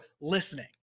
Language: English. listening